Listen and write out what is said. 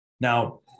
Now